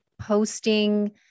posting